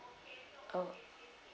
oh